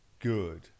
good